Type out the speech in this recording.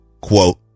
Quote